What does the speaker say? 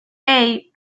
hey